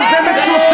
אבל זה מצוטט.